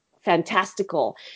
fantastical